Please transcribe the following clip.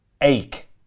ache